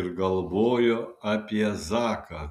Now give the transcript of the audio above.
ir galvojo apie zaką